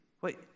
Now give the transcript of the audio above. Wait